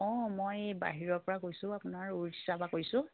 অঁ মই বাহিৰৰ পৰা কৈছোঁ আপোনাৰ উৰিষ্যাৰ পৰা কৈছোঁ